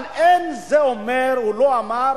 אבל אין זה אומר, הוא לא אמר: